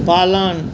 पालन